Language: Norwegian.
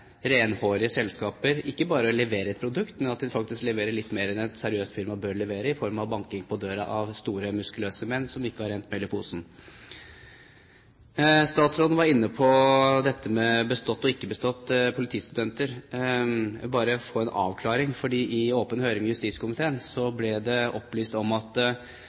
renhårige selskaper – ikke bare leverer de et produkt, men de leverer faktisk også litt mer enn et seriøst firma bør levere, i form av banking på døra av store, muskuløse menn som ikke har rent mel i posen. Statsråden var inne på dette med politistudenter som har bestått og ikke bestått. Jeg vil bare få en avklaring, for i åpen høring i justiskomiteen ble det opplyst at